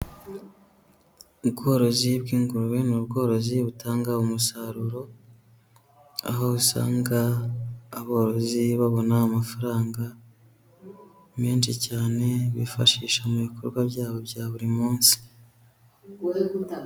Ubworozi bw'ingurube ni ubworozi butanga umusaruro, aho usanga aborozi babona amafaranga menshi cyane, bifashisha mu bikorwa byabo bya buri munsi.